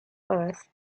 earth